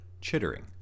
chittering